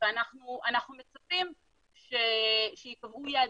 אנחנו מצפים שייקבעו יעדים.